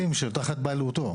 תחת בעלותו.